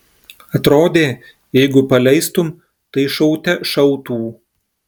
atrodė jeigu paleistum tai šaute šautų